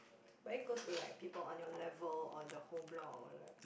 very close to like people on your level or the whole block or like